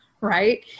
right